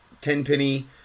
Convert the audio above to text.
Tenpenny